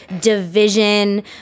division